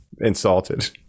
insulted